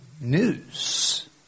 news